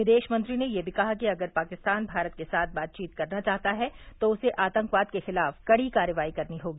विदेशमंत्री ने यह भी कहा कि अगर पाकिस्तान भारत के साथ बातचीत करना चाहता है तो उसे आतंकवाद के खिलाफ कड़ी कार्रवाई करनी होगी